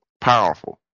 powerful